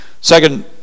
Second